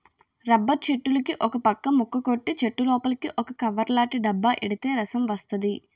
rubber చెట్టులుకి ఒకపక్క ముక్క కొట్టి చెట్టులోపలికి ఒక కవర్లాటి డబ్బా ఎడితే రసం వస్తది